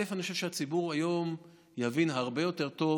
אני חושב שהציבור היום יבין הרבה יותר טוב